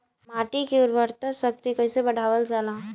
माटी के उर्वता शक्ति कइसे बढ़ावल जाला?